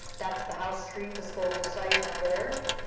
that's the house street disposal site, up there,